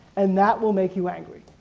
and that will make you angry.